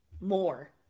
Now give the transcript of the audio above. more